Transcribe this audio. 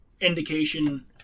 indication